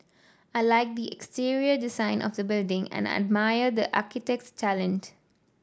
I like the exterior design of the building and I admire the architect's talent